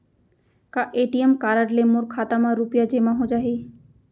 का ATM card ले मोर खाता म रुपिया जेमा हो जाही?